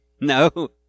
No